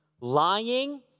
lying